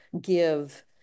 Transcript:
give